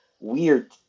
weird